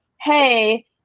hey